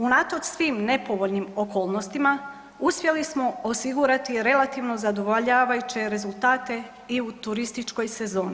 Unatoč svim nepovoljnim okolnostima uspjeli smo osigurati relativno zadovoljavajuće rezultate i u turističkoj sezoni.